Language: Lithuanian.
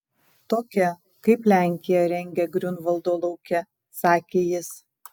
tokia kaip lenkija rengia griunvaldo lauke sakė jis